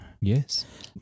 Yes